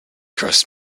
crust